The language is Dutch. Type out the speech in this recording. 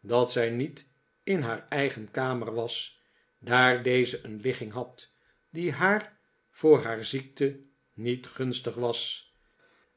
dat zij niet in haar eigen kamer was daar deze een ligging had die haar voor haar ziekte niet gunstig was